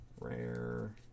Rare